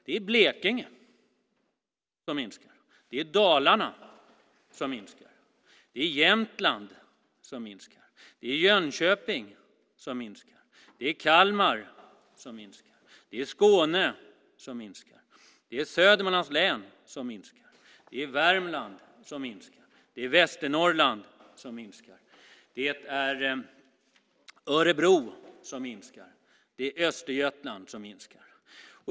Det är Blekinge som minskar. Det är Dalarna som minskar. Det är Jämtland som minskar. Det är Jönköping som minskar. Det är Kalmar som minskar. Det är Skåne som minskar. Det är Södermanland som minskar. Det är Värmland som minskar. Det är Västernorrland som minskar. Det är Örebro som minskar. Det är Östergötland som minskar.